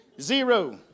Zero